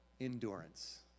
endurance